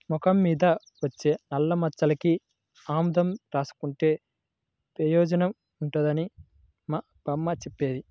మొఖం మీద వచ్చే నల్లమచ్చలకి ఆముదం రాసుకుంటే పెయోజనం ఉంటదని మా బామ్మ జెప్పింది